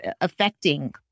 affecting